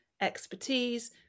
expertise